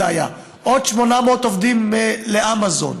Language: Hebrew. עוד 800 עובדים לאמזון,